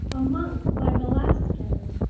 a monk by velazquez,